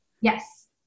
Yes